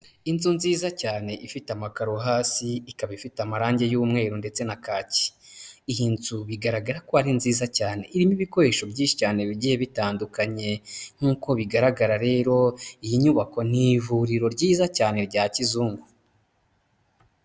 Inzu nziza cyane ifite amakaro hasi, ikaba ifite amarangi y'umweru ndetse na kaki, iyi nzu bigaragara ko ari nziza cyane, irimo ibikoresho byinshi cyane bigiye bitandukanye, nk'uko bigaragara rero iyi nyubako ni ivuriro ryiza cyane rya kizungu.